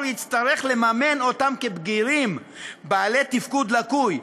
יצטרך לממן אותם כבגירים בעלי תפקוד לקוי.